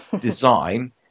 design